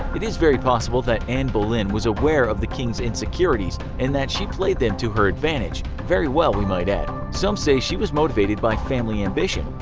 it is very possible that anne boleyn was aware of the king's insecurities and that she played them to her advantage very well, we might add. some say she was motivated by family ambition.